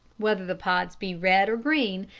whether the pods be red or green,